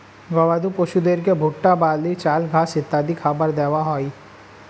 গবাদি পশুদেরকে ভুট্টা, বার্লি, চাল, ঘাস ইত্যাদি খাবার দেওয়া হয়